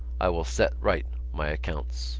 i will set right my accounts